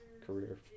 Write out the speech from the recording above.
career